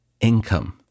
income